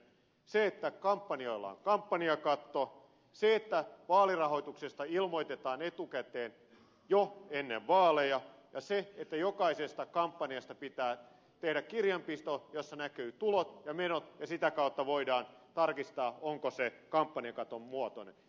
siihen että kampanjoilla on kampanjakatto siihen että vaalirahoituksesta ilmoitetaan etukäteen jo ennen vaaleja ja siihen että jokaisesta kampanjasta pitää tehdä kirjanpito jossa näkyvät tulot ja menot ja sitä kautta voidaan tarkistaa onko se kampanjakaton muotoinen